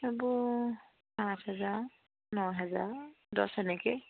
এইবোৰ পাঁচ হেজাৰ ন হেজাৰ দহ এনেকে